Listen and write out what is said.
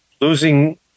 losing